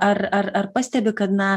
ar ar ar pastebi kad na